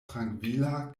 trankvila